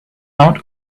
out